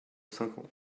cinquante